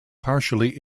partially